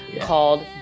called